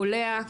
קולע.